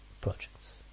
projects